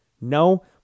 No